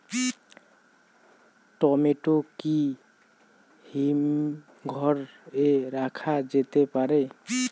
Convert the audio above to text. Tomato কি হিমঘর এ রাখা যেতে পারে?